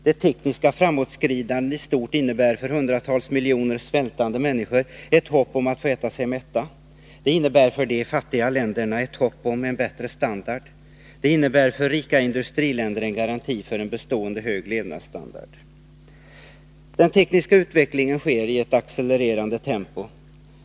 Det tekniska framåtskridande i stort innebär för hundratals miljoner svältande människor ett hopp om att få äta sig mätta. Det innebär för det fattiga länderna ett hopp om en bättre standard. Det innebär för de rika industriländerna en garanti för bestående hög levnadsstandard. Den tekniska utvecklingen sker i ett accelererande tempo.